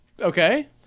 Okay